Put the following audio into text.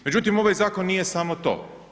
Međutim ovaj zakon nije samo to.